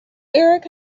erik